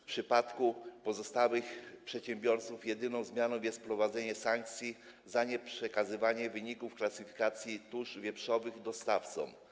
W przypadku pozostałych przedsiębiorców jedyną zmianą jest wprowadzenie sankcji za nieprzekazywanie wyników klasyfikacji tusz wieprzowych dostawcom.